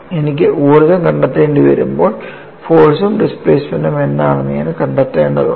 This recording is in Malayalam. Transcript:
എനിക്ക് ഊർജ്ജം കണ്ടെത്തേണ്ടി വരുമ്പോൾ ഫോഴ്സ് ഉം ഡിസ്പ്ലേസ്മെൻറ് ഉം എന്താണെന്ന് ഞാൻ കണ്ടെത്തേണ്ടതുണ്ട്